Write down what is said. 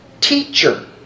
teacher